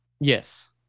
Yes